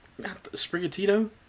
Sprigatito